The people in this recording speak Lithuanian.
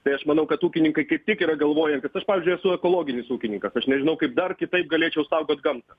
tai aš manau kad ūkininkai kaip tik yra galvoja kad aš pavyzdžiui esu ekologinis ūkininkas aš nežinau kaip dar kitaip galėčiau saugot gamtą